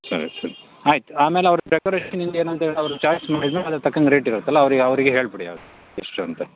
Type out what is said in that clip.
ಸರಿ ಸರಿ ಆಯಿತು ಆಮೇಲೆ ಅವ್ರ್ದು ಡೆಕೋರೇಷನಿಂದು ಏನು ಅಂತೇಳಿ ಅವ್ರ್ದು ಚಾರ್ಟ್ ನೋಡಿದರೆ ಅದ್ರ ತಕ್ಕಂಗೆ ರೇಟ್ ಇರುತ್ತಲ್ಲ ಅವರಿಗೆ ಅವರಿಗೆ ಹೇಳಿಬಿಡಿ ಎಷ್ಟು ಅಂತ